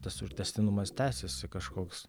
tas ir tęstinumas tęsiasi kažkoks